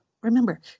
remember